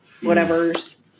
whatever's